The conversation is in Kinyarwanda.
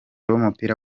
b’umupira